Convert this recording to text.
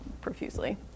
profusely